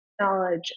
knowledge